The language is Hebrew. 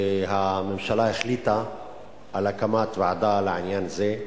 והממשלה החליטה על הקמת ועדה לעניין זה,